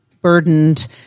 burdened